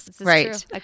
Right